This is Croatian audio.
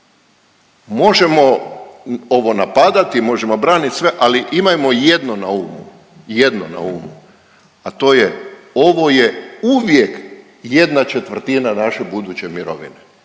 možemo ovo napadati, možemo branit sve, ali imajmo jedno na umu, jedno na umu, a to je ovo je uvijek jedna četvrtina naše buduće mirovine.